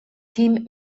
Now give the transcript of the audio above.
team